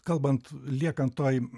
kalbant liekant tai